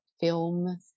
film